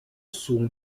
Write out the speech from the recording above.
sont